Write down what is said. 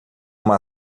uma